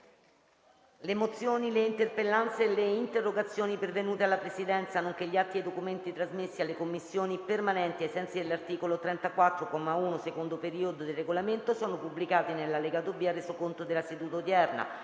Le mozioni, le interpellanze e le interrogazioni pervenute alla Presidenza, nonché gli atti e i documenti trasmessi alle Commissioni permanenti ai sensi dell'articolo 34, comma 1, secondo periodo, del Regolamento sono pubblicati nell'allegato B al Resoconto della seduta odierna.